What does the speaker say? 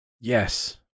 yes